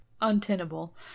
untenable